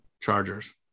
Chargers